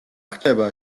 ხდება